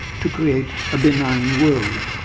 to create a benign world.